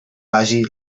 vagi